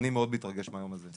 אני מאוד מתרגש מהיום הזה,